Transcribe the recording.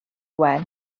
wen